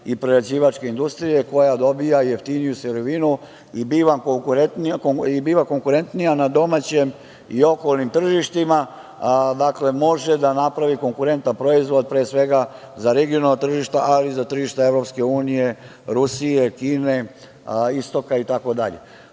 i prerađivačke industrije koja dobija jeftiniju sirovinu i biva konkurentnija na domaćem i okolnim tržištima. Dakle, može da napravi konkurentan proizvod, pre svega za regionalna tržišta, ali i za tržišta EU, Rusije, Kine, istoka itd. Podsticaje